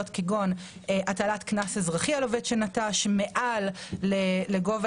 כגון: הטלת קנס אזרחי על עובד שנטש מעל לגובה